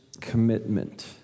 commitment